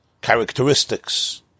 characteristics